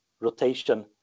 rotation